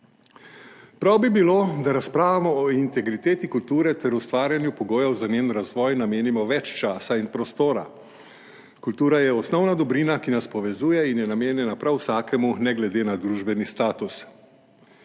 Prav bi bilo, da razpravljamo o integriteti kulture ter ustvarjanju pogojev za njen razvoj namenimo več časa in prostora. Kultura je osnovna dobrina, ki nas povezuje in je namenjena prav vsakemu, ne glede na družbeni status.